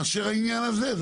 מאשר העניין הזה.